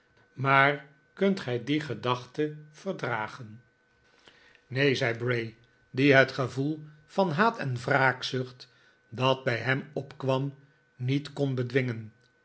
maar kunt gij nik olaas nickleby die gedachte verdragen neen zei bray die het gevoel van haat en wraakzucht dat bij hem opkwam niet kon bedwingen